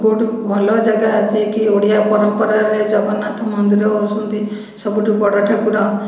ଗୋଟିଏ ଭଲ ଜାଗା ଯିଏକି ଓଡ଼ିଆ ପରମ୍ପରାରେ ଜଗନ୍ନାଥ ମନ୍ଦିର ହେଉଛନ୍ତି ସବୁଠୁ ବଡ଼ ଠାକୁର